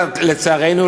לצערנו,